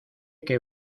que